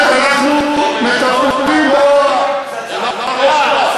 חבר'ה, אנחנו מטפלים בו, זרקת לכאן פצצה.